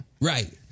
Right